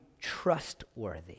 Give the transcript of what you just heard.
trustworthy